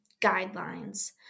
guidelines